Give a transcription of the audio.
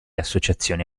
associazioni